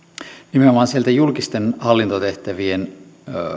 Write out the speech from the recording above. nimenomaan sieltä julkisten hallintotehtävien